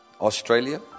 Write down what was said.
Australia